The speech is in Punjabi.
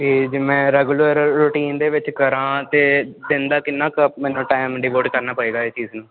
ਅਤੇ ਜਿਵੇਂ ਰੈਗੂਲਰ ਰੂਟੀਨ ਦੇ ਵਿੱਚ ਕਰਾਂ ਅਤੇ ਦਿਨ ਦਾ ਕਿੰਨਾ ਕੁ ਮੈਨੂੰ ਟਾਈਮ ਡਿਪੋਰਟ ਕਰਨਾ ਪਏਗਾ ਇਹ ਚੀਜ਼ ਨੂੰ